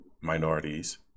minorities